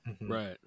Right